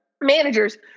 managers